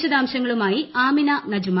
വിശദാംശങ്ങളുമായി ആമിന നജുമ